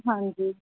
ਹਾਂਜੀ